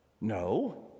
no